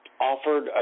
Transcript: offered